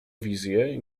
wizje